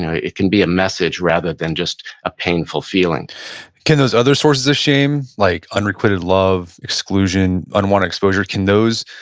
ah it can be a message rather than just a painful feeling can those other sources of shame like unrequited love, exclusion, unwanted exposure, can those,